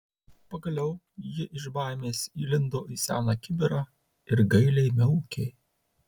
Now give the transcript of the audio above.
pagaliau ji iš baimės įlindo į seną kibirą ir gailiai miaukė